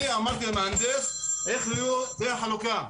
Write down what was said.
אני אמרתי למהנדס איך לעשות את החלוקה,